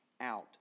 out